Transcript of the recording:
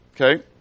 okay